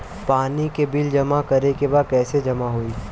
पानी के बिल जमा करे के बा कैसे जमा होई?